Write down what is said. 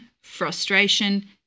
frustration